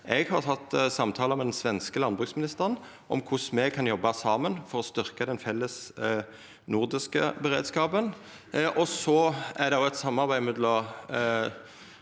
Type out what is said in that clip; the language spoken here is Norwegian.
Eg har hatt samtalar med den svenske landbruksministeren om korleis me kan jobba saman for å styrkja den felles nordiske beredskapen. Det er òg eit samarbeid